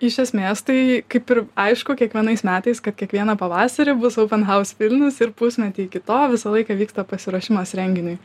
iš esmės tai kaip ir aišku kiekvienais metais kad kiekvieną pavasarį bus open house vilnius ir pusmetį iki to visą laiką vyksta pasiruošimas renginiui